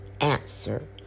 Answer